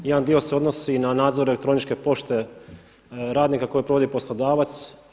Jedan dio se odnosi na nadzor elektroničke pošte radnika koju provodi poslodavac.